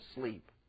sleep